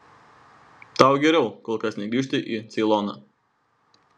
tau geriau kol kas negrįžti į ceiloną